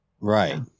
Right